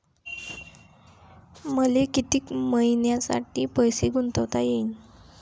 मले कितीक मईन्यासाठी पैसे गुंतवता येईन?